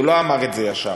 הוא לא אמר את זה ישר.